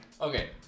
Okay